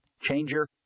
changer